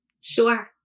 Sure